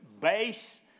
base